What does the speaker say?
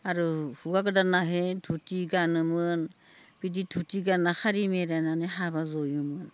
आरो हौवा गोदानाहै धुति गानोमोन बिदि धुति गानना सारि मेरायनानै हाबा ज'योमोन